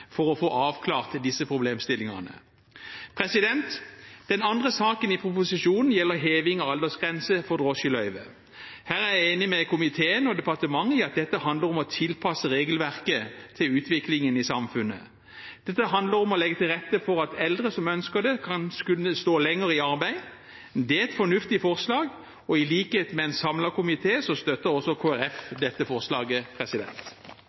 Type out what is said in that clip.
for å få avklart disse problemstillingene. Den andre saken i proposisjonen gjelder heving av aldersgrensen for drosjeløyve. Her er jeg enig med komiteen og departementet i at dette handler om å tilpasse regelverket til utviklingen i samfunnet. Dette handler om å legge til rette for at eldre som ønsker det, skal kunne stå lenger i arbeid. Det er et fornuftig forslag, og i likhet med en samlet komité støtter